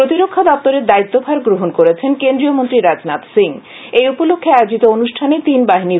প্রতিরক্ষা দপ্তরের দায়িত্বভার গ্রহণ করেছেন কেন্দ্রীয় মন্ত্রী রাজনাথ সিং এই উপলক্ষে আয়োজিত অনুষ্ঠানে তিন বাহিনীর